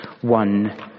one